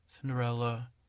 Cinderella